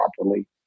properly